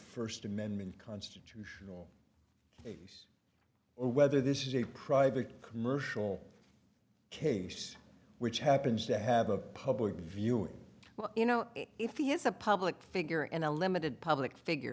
first amendment constitutional case or whether this is a private commercial case which happens to have a public viewing well you know if he is a public figure and a limited public figure